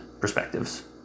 perspectives